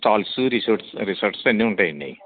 stalls resorts resorts అన్నీ ఉంటాయి అండి